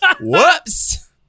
Whoops